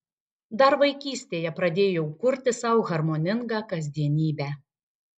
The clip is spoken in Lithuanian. dar vaikystėje pradėjau kurti sau harmoningą kasdienybę